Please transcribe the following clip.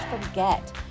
forget